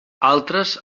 altres